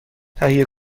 تهیه